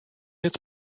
its